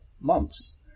months